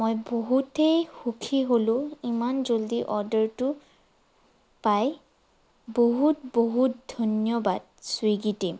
মই বহুতেই সুখী হ'লোঁ ইমান জল্দি অৰ্ডাৰটো পাই বহুত বহুত ধন্যবাদ ছুইগি টিম